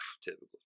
typical